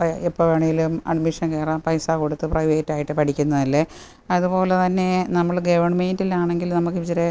ഇപ്പോൾ എപ്പോൾ വേണമെങ്കിലും അഡ്മിഷനു കയറാം പൈസ കൊടുത്ത് പ്രൈവറ്റായിട്ട് പഠിക്കുന്നതല്ലേ അതുപോലെ തന്നെ നമ്മൾ ഗവൺമെൻ്റിൽ ആണെങ്കിൽ നമുക്കിച്ചിരി